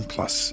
Plus